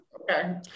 okay